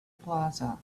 plaza